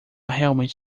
realmente